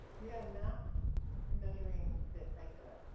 you gotta map measuring stick right there.